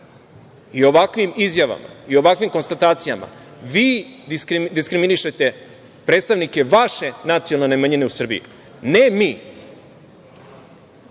i ovakvim izjavama i ovakvim konstatacijama vi diskriminišete predstavnike vaše nacionalne manjine u Srbiji, a ne